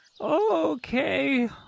Okay